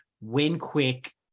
win-quick